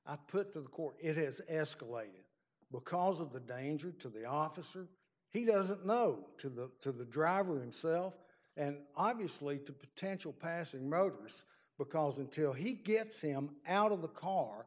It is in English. minish put to the court it is escalated because of the danger to the officer he doesn't know to the to the driver himself and obviously to potential passing motorists because until he gets sam out of the car